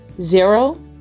zero